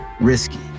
Risky